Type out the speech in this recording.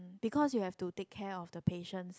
because you have to take care of the patients